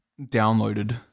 downloaded